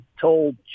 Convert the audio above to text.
told